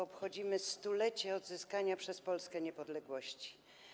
Obchodzimy 100-lecie odzyskania przez Polskę niepodległości.